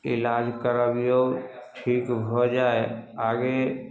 इलाज करबियौ ठीक भऽ जाय आगे